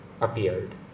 appeared